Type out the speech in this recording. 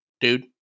dude